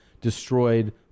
destroyed